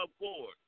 board